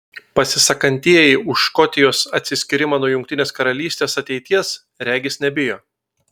pasisakantieji už škotijos atsiskyrimą nuo jungtinės karalystės ateities regis nebijo